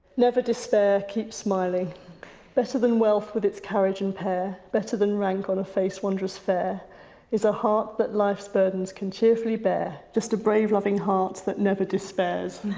never despair, keep smiling better than wealth with its carriage and pair better than rank, on a face wondrous fair is a heart that life's burdens can cheerfully bear just a brave loving heart that never despairs.